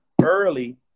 early